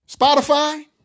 Spotify